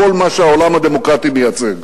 לכל מה שהעולם הדמוקרטי מייצג.